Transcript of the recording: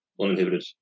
uninhibited